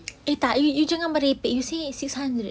eh tak you you jangan merepek you say six hundred